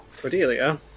Cordelia